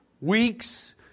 weeks